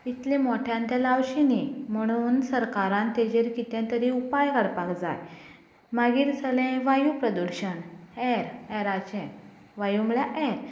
इतलें मोठ्यान तें लावचें न्हय म्हणून सरकारान ताजेर कितेंं तरी उपाय काडपाक जाय मागीर जालें वायू प्रदुशण एयर एयराचें वायू म्हणल्यार एयर